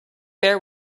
bear